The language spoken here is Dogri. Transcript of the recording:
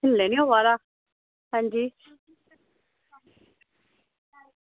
टुरने निं होआ दा अंजी